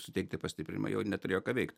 suteikti pastiprinimą jau neturėjo ką veikt